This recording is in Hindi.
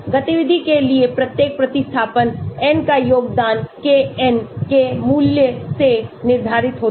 गतिविधि के लिए प्रत्येक प्रतिस्थापन n का योगदान Kn के मूल्य से निर्धारित होता है